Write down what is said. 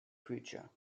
creature